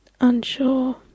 Unsure